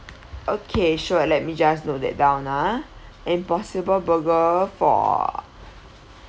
okay sure let me just note that down ah impossible burger for